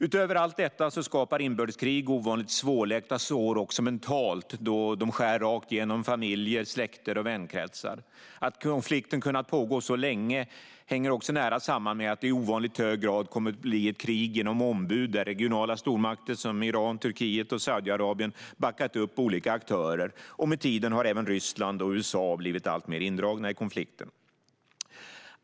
Utöver allt detta skapar inbördeskrig ovanligt svårläkta sår mentalt då de skär rakt genom familjer, släkter och vänkretsar. Att konflikten kunnat pågå så länge hänger nära samman med att det i ovanligt hög grad kommit att bli ett krig genom ombud där regionala stormakter som Iran, Turkiet och Saudiarabien backat upp olika aktörer. Med tiden har även Ryssland och USA blivit alltmer indragna i konflikten.